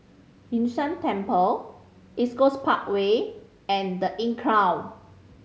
Yun Shan Temple East Coast Parkway and The Inncrowd